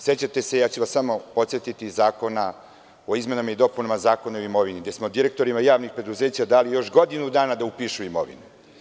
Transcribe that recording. Sećate se Zakona o izmenama i dopunama Zakona o imovini gde smo direktorima javnih preduzeća dali još godinu dana da upišu imovinu.